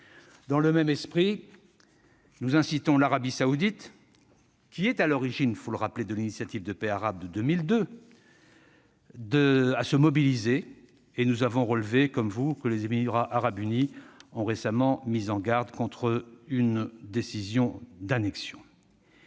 Dans le même esprit, nous incitons l'Arabie saoudite, qui est à l'origine- il faut le rappeler -de l'initiative de paix arabe de 2002 à se mobiliser. Nous avons relevé, comme vous, que les Émirats arabes unis ont récemment mis en garde contre une décision d'annexion.